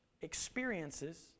experiences